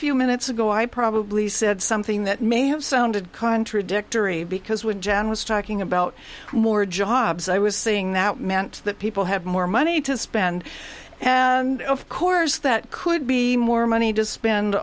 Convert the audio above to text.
few minutes ago i probably said something that may have sounded contradictory because when john was talking about more jobs i was seeing that meant that people have more money to spend and of course that could be more money to spend